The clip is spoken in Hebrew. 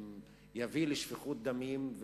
יביא לשפיכות דמים,